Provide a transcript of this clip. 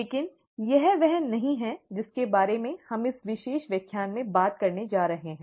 लेकिन यह वह नहीं है जिसके बारे में हम इस विशेष व्याख्यान में बात करने जा रहे हैं